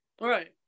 right